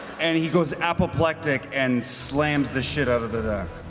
and he goes apoplectic and slams the shit out of the duck.